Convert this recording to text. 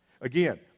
Again